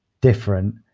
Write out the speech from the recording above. different